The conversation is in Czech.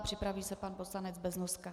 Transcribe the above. Připraví se pan poslanec Beznoska.